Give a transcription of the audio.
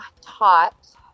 taught